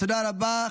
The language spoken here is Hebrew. תודה רבה.